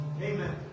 Amen